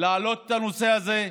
להעלות את הנושא הזה.